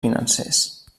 financers